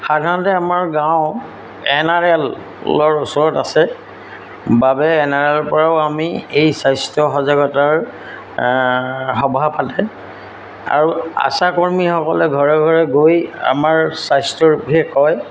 সাধাৰণতে আমাৰ গাঁও এন আৰ এলৰ ওচৰত আছে বাবে এন আৰ এলৰ পৰাও আমি এই স্বাস্থ্য সজাগতাৰ সভা পাতে আৰু আশা কৰ্মীসকলে ঘৰে ঘৰে গৈ আমাৰ স্বাস্থ্যৰ বিষয়ে কয়